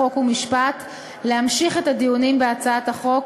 חוק ומשפט להמשיך את הדיונים בהצעת החוק